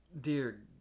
dear